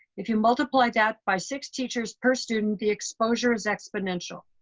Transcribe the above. if you multiply that by six teachers per student, the exposure is exponential.